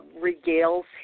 Regales